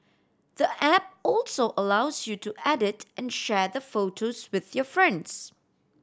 the app also allows you to edit and share the photos with your friends